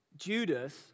Judas